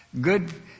Good